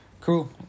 Cool